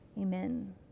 amen